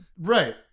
right